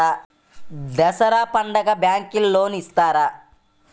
దసరా పండుగ bank loan ఇస్తారా?